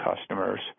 customers